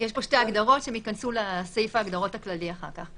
יש פה שתי הגדרות שייכנסו לסעיף ההגדרות הכללי אחר כך.